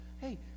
hey